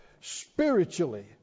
spiritually